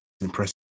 impressive